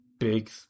big